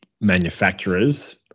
manufacturers